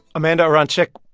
amanda aronczyk,